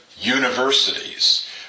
Universities